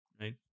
right